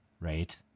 right